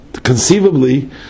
conceivably